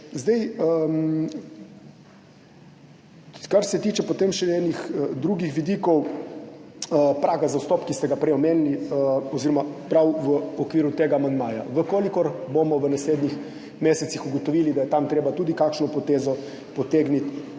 več. Kar se tiče potem še enih drugih vidikov praga za vstop, ki ste ga prej omenili prav v okviru tega amandmaja – če bomo v naslednjih mesecih ugotovili, da je tam treba tudi kakšno potezo potegniti,